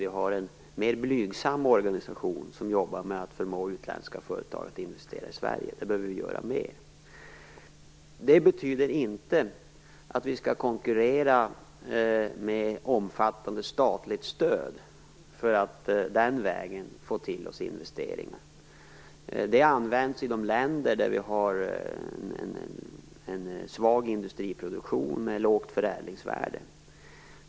Vi har en mer blygsam organisation som jobbar med att förmå utländska företag att investera i Sverige. Där behöver vi göra mer. Det betyder inte att vi skall konkurrera med omfattande statligt stöd för att den vägen få investeringar att komma till oss. Det används i de länder där det finns en svag industriproduktion med lågt förädlingsvärde.